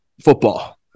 football